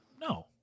No